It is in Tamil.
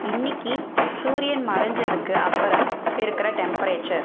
இன்னைக்கு சூரியன் மறைஞ்சதுக்கு அப்புறம் இருக்கிற டெம்பரேச்சர்